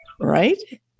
Right